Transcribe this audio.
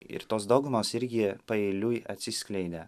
ir tos dogmos irgi paeiliui atsiskleidė